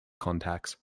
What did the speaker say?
contacts